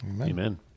Amen